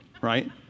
right